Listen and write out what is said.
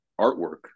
artwork